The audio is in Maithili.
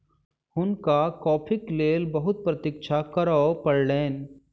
हुनका कॉफ़ीक लेल बहुत प्रतीक्षा करअ पड़लैन